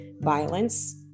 violence